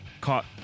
Caught